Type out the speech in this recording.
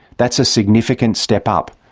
that's a significant step up.